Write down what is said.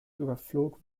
überflog